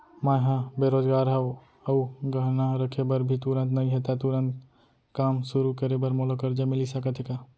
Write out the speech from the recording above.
मैं ह बेरोजगार हव अऊ गहना रखे बर भी तुरंत नई हे ता तुरंत काम शुरू करे बर मोला करजा मिलिस सकत हे का?